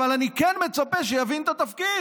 אבל אני כן מצפה שיבין את התפקיד,